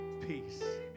peace